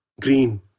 green